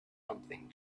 something